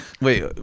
Wait